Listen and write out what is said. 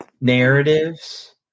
narratives